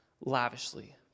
lavishly